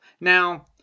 Now